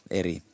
eri